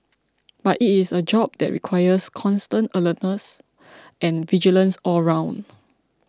but it is a job that requires constant alertness and vigilance all round